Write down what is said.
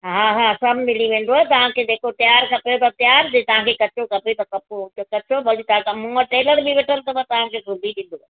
हा हा सभु मिली वेंदव तव्हांखे जेको तयारु खपे त तयारु ॾींदा तव्हांखे कचो खपे त कचो भली तव्हां मूं वटि टेलर बि वेठल अथव तव्हांखे सुभी ॾींदो